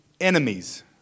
enemies